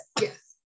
yes